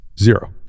Zero